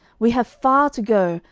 we have far to go,